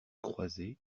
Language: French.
croisée